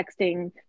texting